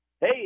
Hey